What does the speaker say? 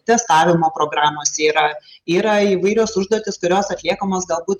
testavimo programos yra yra įvairios užduotys kurios atliekamos galbūt